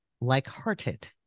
like-hearted